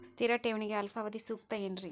ಸ್ಥಿರ ಠೇವಣಿಗೆ ಅಲ್ಪಾವಧಿ ಸೂಕ್ತ ಏನ್ರಿ?